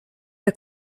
der